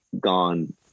gone